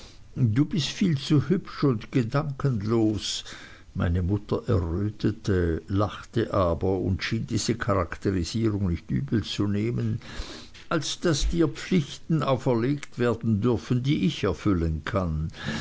du bist viel zu hübsch und gedankenlos meine mutter errötete lachte aber und schien diese charakterisierung nicht übel zu nehmen als daß dir pflichten auferlegt werden dürfen die ich erfüllen kann